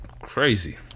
Crazy